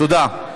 תודה.